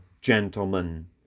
gentlemen